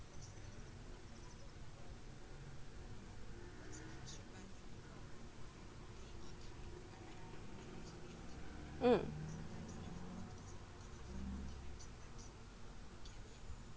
mm